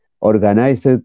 organized